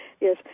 yes